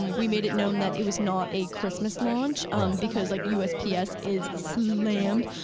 we made it known that it was not a christmas launch because like usps is slammed,